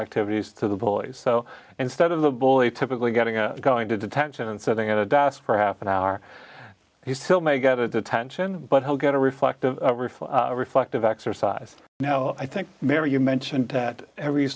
activities to the boy so instead of the bully typically getting a going to detention and sitting at a desk for half an hour he still may get a detention but he'll get a reflective reflective exercise no i think mary you mentioned that every